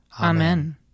Amen